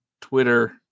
Twitter